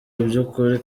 by’ukuri